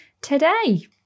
today